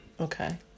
Okay